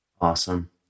awesome